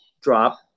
drop